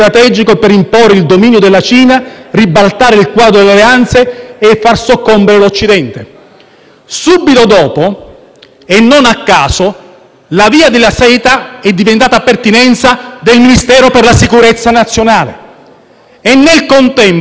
Subito dopo, non a caso, la Via della Seta è diventata pertinenza del Ministero per la sicurezza nazionale. Nel contempo, dal 2015 in poi, con quattro revisioni legislative è stato imposto